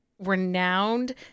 renowned